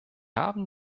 haben